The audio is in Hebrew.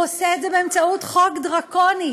הוא עושה את זה באמצעות חוק דרקוני.